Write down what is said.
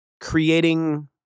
creating